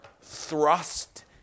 thrust